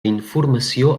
informació